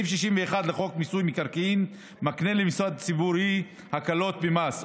סעיף 61 לחוק מיסוי מקרקעין מקנה למשרד ציבורי הקלות במס,